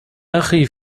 أخي